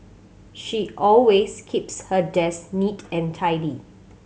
she always keeps her desk neat and tidy